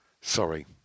sorry